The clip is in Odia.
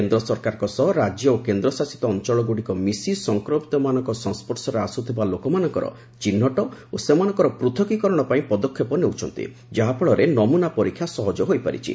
କେନ୍ ସରକାରଙ୍କ ସହ ରାଜ୍ୟ ଓ କେନ୍ଦଶାସିତ ଅଞ୍ଚଳଗ୍ରଡ଼ିକ ମିଶି ସଂକ୍ମିତମାନଙ୍କ ସଂସର୍ଶରେ ଆସ୍ତଥିବା ଲୋକମାନଙ୍କର ଚିହ୍ରଟ ଓ ସେମାନଙ୍କର ପୃଥକୀକରଣ ପାଇଁ ପଦକ୍ଷେପ ନେଉଛନ୍ତି ଯାହାଫଳରେ ନମୁନା ପରୀକ୍ଷା ସହଜ ହୋଇପାରିଛି